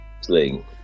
sling